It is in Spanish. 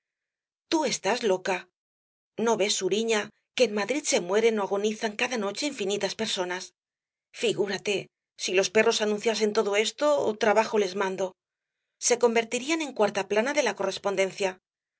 tú estás loca no ves suriña que en madrid se mueren ó agonizan cada noche infinitas personas figúrate si los perros anunciasen todo eso trabajo les mando se convertirían en cuarta plana de la correspondencia